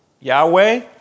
Yahweh